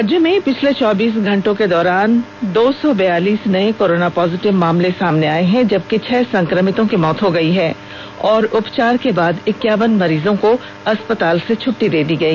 राज्य में पिछले चौबीस घंटों के दौरान दो सौ बयालीस नए कोरोना पॉजिटिव मामले सामने आए हैं जबकि छह संक्रमितों की मौत हो गई और उपचार के बाद इक्यावन मरीजों को अस्पताल से छुट्टी दे दी गई